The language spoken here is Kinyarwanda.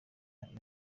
ndwara